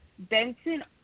Benson